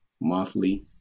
monthly